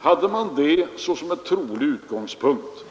Hade man det som en trolig utgångspunkt,